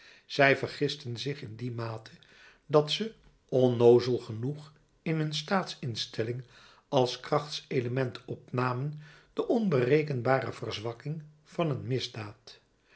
zij vergisten zich in die mate dat ze onnoozel genoeg in hun staatsinstelling als krachtselement opnamen de onberekenbare verzwakking van een misdaad